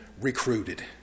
recruited